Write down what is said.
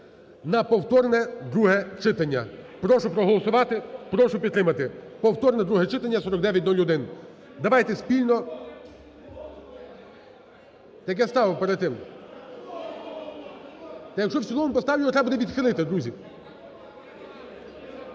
на повторне друге читання. Прошу проголосувати, прошу підтримати: повторне друге читання 4901. Давайте спільно… Так я ставив перед тим. Якщо в цілому, поставлю, його треба буде відхилити, друзі.